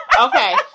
okay